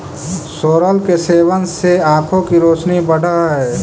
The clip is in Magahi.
सोरल के सेवन से आंखों की रोशनी बढ़अ हई